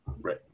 Right